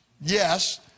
yes